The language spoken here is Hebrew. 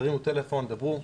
תרימו טלפון ותדברו'.